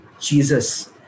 Jesus